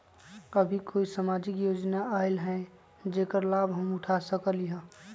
अभी कोई सामाजिक योजना आयल है जेकर लाभ हम उठा सकली ह?